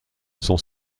son